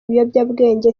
ibiyobyabwenge